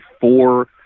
four